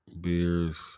beers